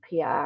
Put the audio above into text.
PR